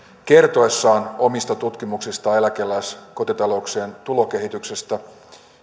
kertoessaan omista tutkimuksistaan eläkeläiskotitalouksien tulokehityksestä